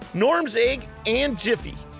norm's ag, and jiffy.